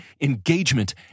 engagement